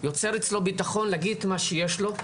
יוצר אצלו ביטחון להגיד מה שיש לו.